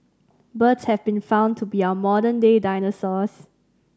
birds have been found to be our modern day dinosaurs